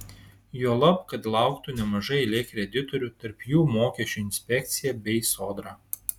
juolab kad lauktų nemaža eilė kreditorių tarp jų mokesčių inspekcija bei sodra